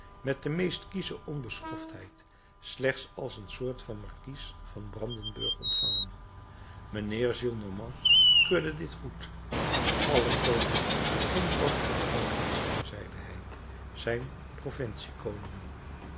met de meest kiesche onbeschoftheid slechts als een soort van markies van brandenburg ontvangen mijnheer gillenormand keurde dit goed alle koningen die geen koning van frankrijk zijn zeide hij zijn